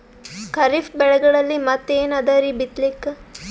ಖರೀಫ್ ಬೆಳೆಗಳಲ್ಲಿ ಮತ್ ಏನ್ ಅದರೀ ಬಿತ್ತಲಿಕ್?